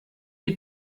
die